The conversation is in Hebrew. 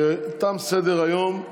תם סדר-היום.